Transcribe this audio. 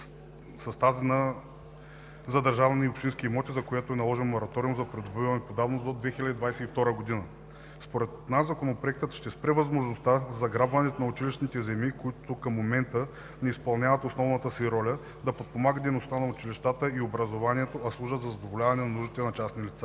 с тази за държавни и общински имоти, за която е наложен мораториум за придобиване по давност до 2022 г. Според нас Законопроектът ще спре възможността за заграбването на училищните земи, които към момента не изпълняват основната си роля да подпомагат дейността на училищата и образованието, а служат за задоволяване на нуждите на частни лица.